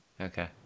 Okay